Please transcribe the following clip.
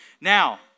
Now